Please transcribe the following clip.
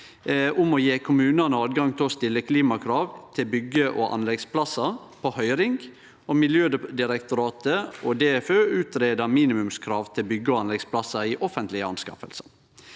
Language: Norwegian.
om å gje kommunane høve til å stille klimakrav til byggje- og anleggsplassar på høyring, og Miljødirektoratet og DFØ greier ut minimumskrav til byggje- og anleggsplassar i offentlege anskaffingar.